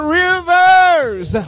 rivers